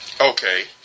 Okay